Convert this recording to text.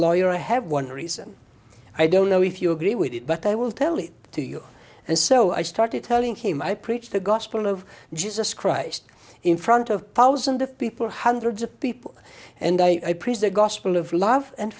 lawyer i have one reason i don't know if you agree with it but i will tell it to you and so i started telling him i preach the gospel of jesus christ in front of thousands of people hundreds of people and i preach the gospel of love and